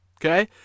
Okay